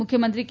મુખ્યમંત્રી કે